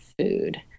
food